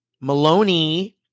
Maloney